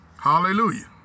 Hallelujah